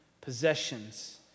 possessions